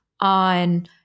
on